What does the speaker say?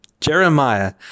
Jeremiah